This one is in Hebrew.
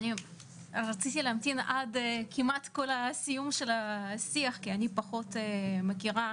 רציתי להמתין עד לסיום השיח כי אני פחות מכירה